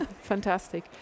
Fantastic